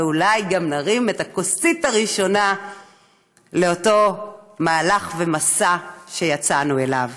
ואולי גם נרים את הכוסית הראשונה לאותו מהלך ומסע שיצאנו אליו.